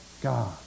God